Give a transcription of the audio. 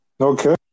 Okay